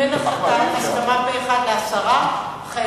אם אין הסכמה פה-אחד להסרה,